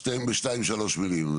בשתיים שלוש מילים.